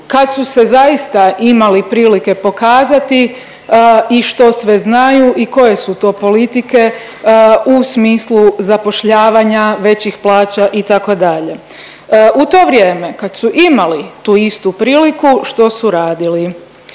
kad su se zaista imali prilike pokazati i što sve znaju i koje su to politike u smislu zapošljavanja, većih plaća itd., u to vrijeme kad su imali tu istu priliku što su radili?